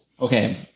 okay